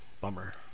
Bummer